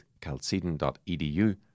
calcedon.edu